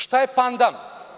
Šta je pandan?